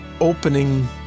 opening